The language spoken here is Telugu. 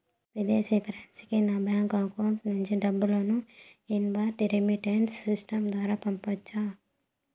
విదేశీ ఫ్రెండ్ కి నా బ్యాంకు అకౌంట్ నుండి డబ్బును ఇన్వార్డ్ రెమిట్టెన్స్ సిస్టం ద్వారా పంపొచ్చా?